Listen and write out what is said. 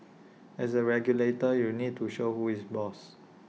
as A regulator you need to show who is boss